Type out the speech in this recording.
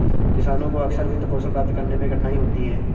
किसानों को अक्सर वित्तपोषण प्राप्त करने में कठिनाई होती है